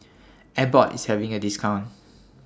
Abbott IS having A discount